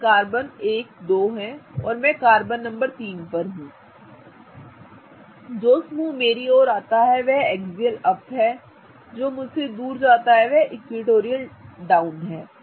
तो यह carbon number 1 2 है और मैं कार्बन नंबर 3 पर हूं जो समूह मेरी ओर आता है वह एक्सियल अप है जो समूह मुझसे दूर जाता है वह इक्विटोरियल डाउन है